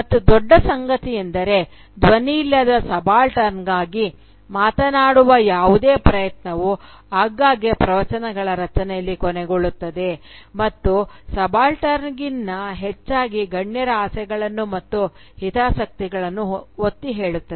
ಮತ್ತು ದೊಡ್ಡ ಸಂಗತಿಯೆಂದರೆ ಧ್ವನಿಯಿಲ್ಲದ ಸಬಾಲ್ಟರ್ನ್ಗಾಗಿ ಮಾತನಾಡುವ ಯಾವುದೇ ಪ್ರಯತ್ನವು ಆಗಾಗ್ಗೆ ಪ್ರವಚನಗಳ ರಚನೆಯಲ್ಲಿ ಕೊನೆಗೊಳ್ಳುತ್ತದೆ ಇದು ಸಬಾಲ್ಟರ್ನ್ಗಿಂತ ಹೆಚ್ಚಾಗಿ ಗಣ್ಯರ ಆಸೆಗಳನ್ನು ಮತ್ತು ಹಿತಾಸಕ್ತಿಗಳನ್ನು ಒತ್ತಿಹೇಳುತ್ತದೆ